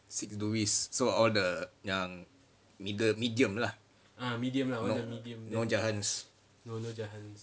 six duris so all the yang middle medium lah no jahans